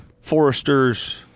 Foresters